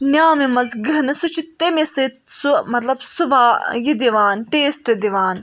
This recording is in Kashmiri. نِیامہِ منٛز گٕہنہٕ سُہ چھُ تمی سۭتۍ سُہ مطلب سُہ وا یہِ دِوان ٹیسٹ دِوان